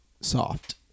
soft